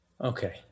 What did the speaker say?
Okay